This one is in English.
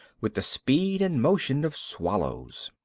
with the speed and motion of swallows.